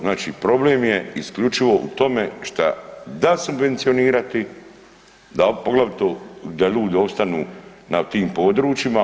Znači problem je isključivo u tome šta, da subvencionirati poglavito da ljudi opstanu na tim područjima.